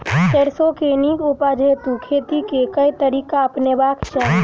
सैरसो केँ नीक उपज हेतु खेती केँ केँ तरीका अपनेबाक चाहि?